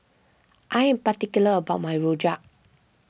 I am particular about my Rojak